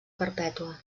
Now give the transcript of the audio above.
perpètua